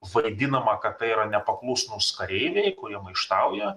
vaidinam kad tai yra nepaklusnūs kareiviai kurie maištauja